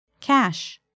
Cash